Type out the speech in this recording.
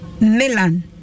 Milan